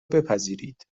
بپذیرید